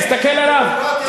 תסתכל עליו,